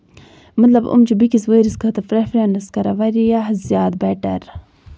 مطلب یِم چھِ بیٚیہِ کِس ؤرِیَس خٲطرٕ پریفریٚنس کران واریاہ زیادٕ پیٹر